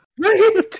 Right